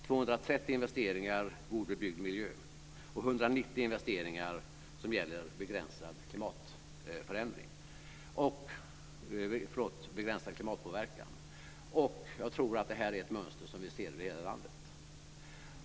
230 investeringar gäller god bebyggd miljö. Och jag tror att det här är ett mönster som vi ser över hela landet.